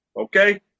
Okay